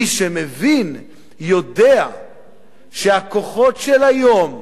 מי שמבין יודע שהכוחות של היום,